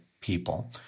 people